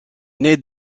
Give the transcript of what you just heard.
naît